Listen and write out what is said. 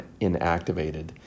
inactivated